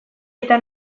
eta